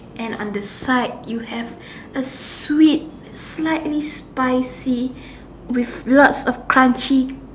and on the side you have a sweet slight spicy with lots of crunchy